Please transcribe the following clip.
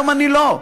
היום אני לא,